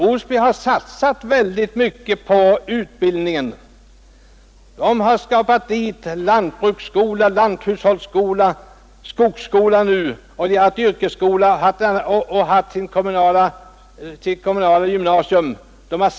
Osby har satsat mycket på utbildningen och skaffat dit lantbruksskola, lanthushållsskola och skogsskola, man har haft yrkesskola och kommunalt gymnasium.